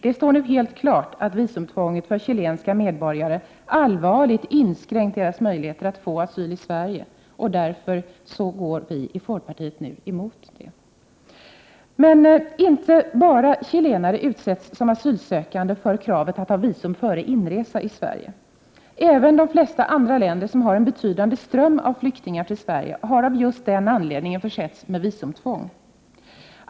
Det står nu helt klart att visumtvånget för chilenska medborgare allvarligt inskränkt deras möjligheter att få asyl i Sverige. Därför går vi i folkpartiet nu emot det förslaget. Men inte bara chilenare utsätts som asylsökande för kravet att ha visum före inresa till Sverige. Även de flesta andra länder som har en betydande ström av flyktingar till Sverige har av just den anledningen försetts med visumtvång.